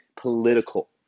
political